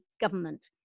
government